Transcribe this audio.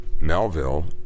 Melville